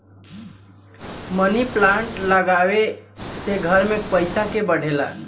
मनी plant लागवे से घर में पईसा के बढ़ेला